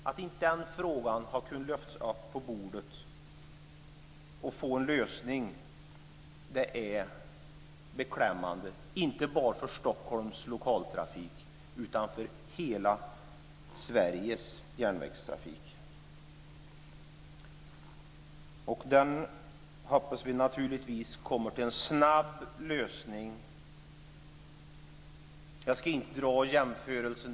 Att inte den frågan har kunnat lyftas upp på bordet och få en lösning är beklämmande, inte bara för Den frågan hoppas vi naturligtvis kommer till en snabb lösning. Jag ska inte göra jämförelser.